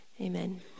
Amen